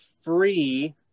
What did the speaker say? free